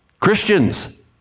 Christians